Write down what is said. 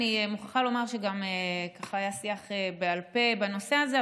אני מוכרחה לומר שהיה שיח בעל פה בנושא הזה,